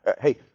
Hey